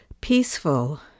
peaceful